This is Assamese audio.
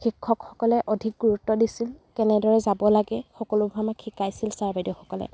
শিক্ষকসকলে অধিক গুৰুত্ব দিছিল কেনেদৰে যাব লাগে সকলোবোৰ আমাক শিকাইছিল ছাৰ বাইদেউসকলে